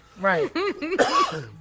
Right